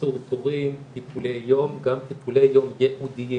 קיצור תורים, טיפולי יום, גם טיפולי יום ייעודיים.